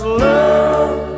love